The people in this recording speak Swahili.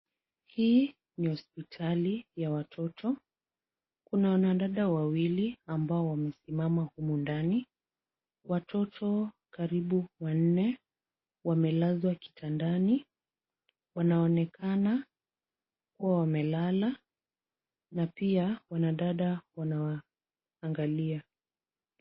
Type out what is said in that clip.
Hii ni hospitali ya watoto. Kuna wanadada wawili ambao wamesimama humu ndani. Watoto karibu wanne wamelazwa kitandani. Wanaonekana kuwa wamelala na pia wanadada wanawaangalia.